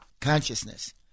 consciousness